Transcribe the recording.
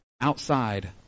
outside